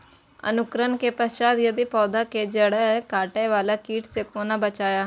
अंकुरण के पश्चात यदि पोधा के जैड़ काटे बाला कीट से कोना बचाया?